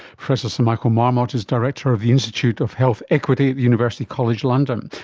professor sir michael marmot is director of the institute of health equity at the university college london.